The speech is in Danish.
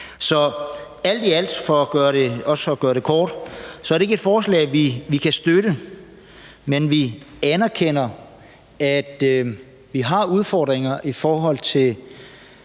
Alt i alt, for at gøre det kort, er det ikke et forslag, vi kan støtte, men vi anerkender, at vi har udfordringer i forhold til